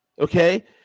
okay